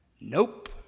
Nope